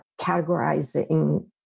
categorizing